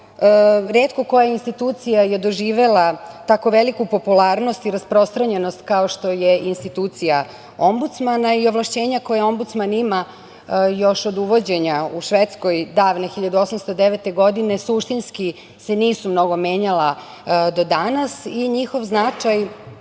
retko koja institucija je doživela tako veliku popularnost i rasprostranjenost kao što je institucija ombudsmana, i ovlašćenja koja ombudsman ima još od uvođenja u Švedskoj davne 1809. godine, suštinski se nisu mnogo menjala do danas. Njihov značaj